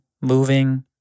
moving